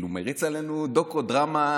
מריץ עלינו דוקו-דרמה-צחוקים.